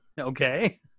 Okay